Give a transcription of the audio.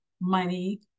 money